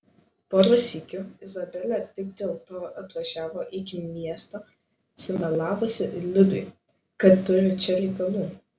porą sykių izabelė tik dėl to atvažiavo iki miesto sumelavusi liudui kad turi čia reikalų